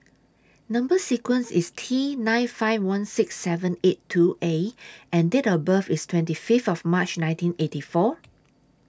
Number sequence IS T nine five one six seven eight two A and Date of birth IS twenty Fifth of March nineteen eighty four